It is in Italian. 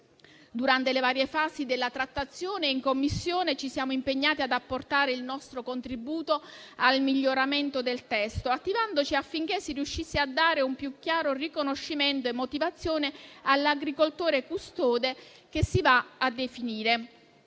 Durante le varie fasi della trattazione in Commissione, ci siamo impegnati ad apportare il nostro contributo al miglioramento del testo, attivandoci affinché si riuscisse a dare un più chiaro riconoscimento e motivazione all'agricoltore custode che si va a definire.